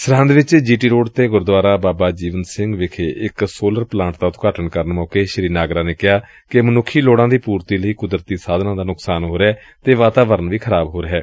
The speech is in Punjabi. ਸਰਹੰਦ ਵਿਚ ਜੀ ਟੀ ਰੋਡ ਤੇ ਗੁਰਦੁਆਰਾ ਬਾਬਾ ਜੀਵਨ ਸਿੰਘ ਵਿਖੇ ਇਕ ਸੋਲਰ ਪਲਾਂਟ ਦਾ ਉਦਘਾਟਨ ਕਰਨ ਮੌਕੇ ਸ੍ਰੀ ਨਾਗਰਾ ਨੇ ਕਿਹਾ ਕਿ ਮਨੁੱਖੀ ਲੋੜਾਂ ਦੀ ਪੁਰਤੀ ਲਈ ਕੁਦਰਤੀ ਸਾਧਨਾਂ ਦਾ ਨੁਕਸਾਨ ਹੋ ਰਿਹੈ ਅਤੇ ਵਾਤਾਵਰਨ ਵੀ ਖਰਾਬ ਹੋ ਰਿਹੈ